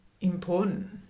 important